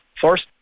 First